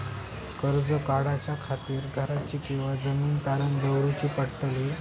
कर्ज काढच्या खातीर घराची किंवा जमीन तारण दवरूची पडतली?